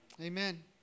Amen